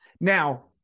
now